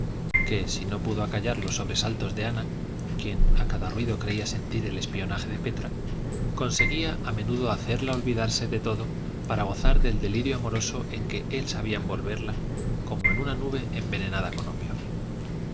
que si no pudo acallar los sobresaltos de ana quien a cada ruido creía sentir el espionaje de petra conseguía a menudo hacerla olvidarse de todo para gozar del delirio amoroso en que él sabía envolverla como en una nube envenenada con